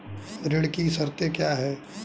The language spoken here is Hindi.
ऋण की शर्तें क्या हैं?